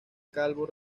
calvo